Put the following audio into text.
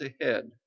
ahead